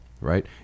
right